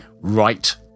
right